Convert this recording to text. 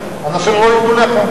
אנשים לא יקנו לחם.